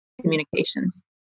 communications